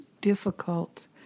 difficult